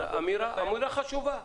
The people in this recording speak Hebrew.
זו אמירה חשובה.